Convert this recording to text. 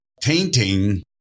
tainting